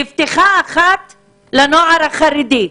נפתחה אחת לנוער החרדי.